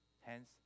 Hence